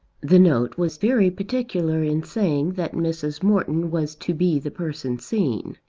the note was very particular in saying that mrs. morton was to be the person seen.